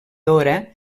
dora